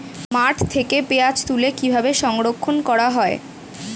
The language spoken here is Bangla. মাঠ থেকে পেঁয়াজ তুলে কিভাবে সংরক্ষণ করা হয়?